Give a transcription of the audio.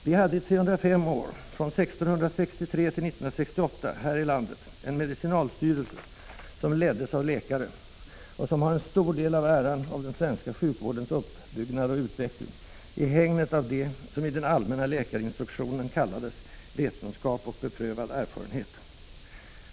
Vi hade i 305 år, från 1663 till 1968, här i laAdet en medicinalstyrelse som leddes av läkare och som har en stor del av äran av den svenska sjukvårdens uppbyggnad och utveckling i hägnet av det som i den ”allmänna läkarinstruktionen” kallades ”vetenskap och beprövad erfarenhet”.